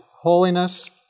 holiness